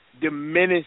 diminish